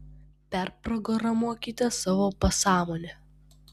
perprogramuokite savo pasąmonę